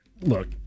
look